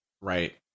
Right